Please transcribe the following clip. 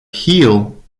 heel